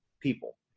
people